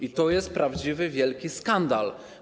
I to jest prawdziwy, wielki skandal.